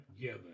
given